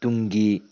ꯇꯨꯡꯒꯤ